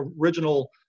original